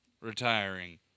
Retiring